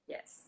Yes